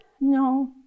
no